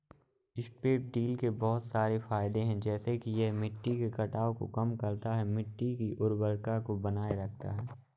strip till के बहुत सारे फायदे हैं जैसे कि यह मिट्टी के कटाव को कम करता है, मिट्टी की उर्वरता को बनाए रखता है